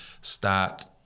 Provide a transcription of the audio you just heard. start